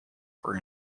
for